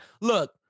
Look